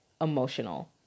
emotional